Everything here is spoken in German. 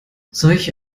solche